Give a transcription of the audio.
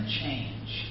change